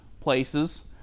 places